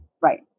Right